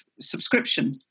subscription